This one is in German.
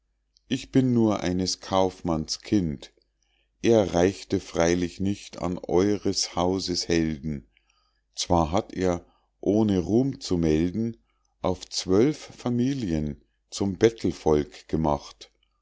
ich bin nur eines kaufmanns kind er reichte freilich nicht an eures hauses helden zwar hat er ohne ruhm zu melden auf zwölf familien zum bettelvolk gemacht